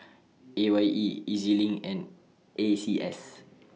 A Y E E Z LINK and A C S